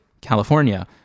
California